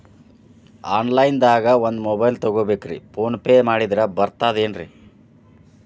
Online ದಾಗ ಒಂದ್ mobile ತಗೋಬೇಕ್ರಿ ಫೋನ್ ಪೇ ಮಾಡಿದ್ರ ಬರ್ತಾದೇನ್ರಿ?